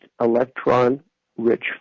electron-rich